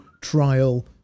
trial